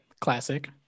Classic